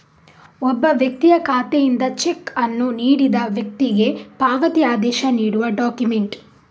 ಒಬ್ಬ ವ್ಯಕ್ತಿಯ ಖಾತೆಯಿಂದ ಚೆಕ್ ಅನ್ನು ನೀಡಿದ ವ್ಯಕ್ತಿಗೆ ಪಾವತಿ ಆದೇಶ ನೀಡುವ ಡಾಕ್ಯುಮೆಂಟ್